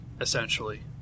essentially